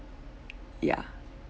ya